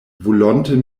volonte